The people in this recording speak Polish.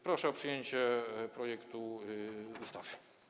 Proszę o przyjęcie projektu ustawy.